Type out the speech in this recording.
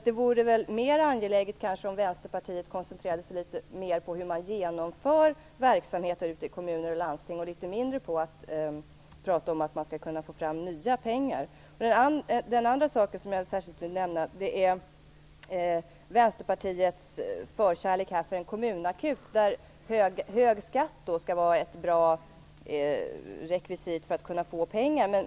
Det vore kanske mer angeläget om Vänsterpartiet koncentrerade sig litet mer på hur man genomför verksamheter ute i kommuner och landsting och litet mindre på att tala om att man skall kunna få fram nya pengar. Den andra saken som jag särskilt vill nämna är Vänsterpartiets förkärlek för en kommunakut, där hög skatt skall vara ett bra rekvisit för att kunna få pengar.